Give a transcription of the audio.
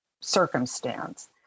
circumstance